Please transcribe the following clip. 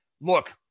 Look